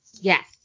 Yes